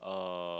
uh